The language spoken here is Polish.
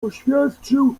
oświadczył